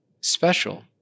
special